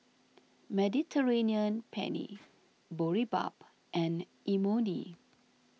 Mediterranean Penne Boribap and Imoni